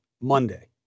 Monday